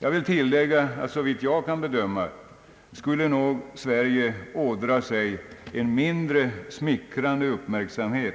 Jag vill tillägga att såvitt jag kan bedöma skulle nog Sverige ådra sig en mindre smickrande uppmärksamhet,